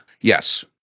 Yes